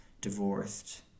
divorced